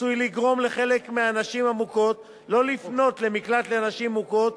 עשוי לגרום לחלק מהנשים המוכות לא לפנות למקלט לנשים מוכות,